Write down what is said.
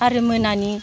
आरो मोनानि